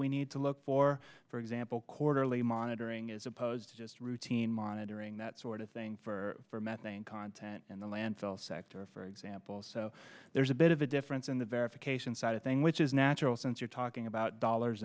we need to look for for example quarterly monitoring as opposed to just routine monitoring that sort of thing for methane content in the landfill sector for example so there's a bit of a difference in the verification side of thing which is natural since you're talking about dollars